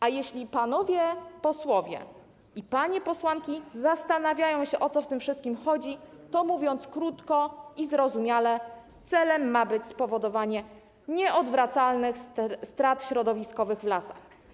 A jeśli panowie posłowie i panie posłanki zastanawiają się, o co w tym wszystkim chodzi, to mówiąc krótko i zrozumiale: celem ma być spowodowanie nieodwracalnych strat środowiskowych w lasach.